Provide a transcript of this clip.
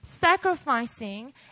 sacrificing